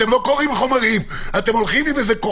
אתם לא קוראים את החומרים, אתם הולכים עם כוחנות,